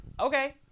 Okay